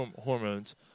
hormones